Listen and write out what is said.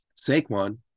Saquon